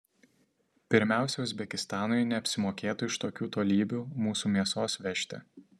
pirmiausia uzbekistanui neapsimokėtų iš tokių tolybių mūsų mėsos vežti